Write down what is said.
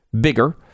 bigger